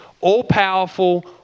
all-powerful